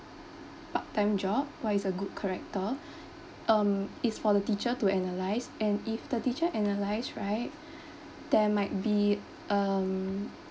part time job what is a good character um is for the teacher to analyze and if the teacher analyze right there might be um